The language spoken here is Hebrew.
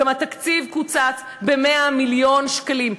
גם התקציב קוצץ ב-100 מיליון שקלים,